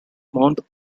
mount